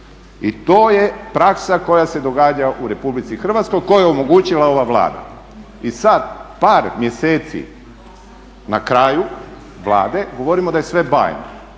I to je praksa u Republici Hrvatskoj koju je omogućila ova Vlada. I sada, par mjeseci na kraju Vlade govorimo da je sve bajno